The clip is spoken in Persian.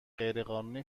غیرقانونی